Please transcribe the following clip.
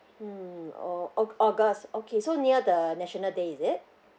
mm au~ au~ august okay so near the national day is it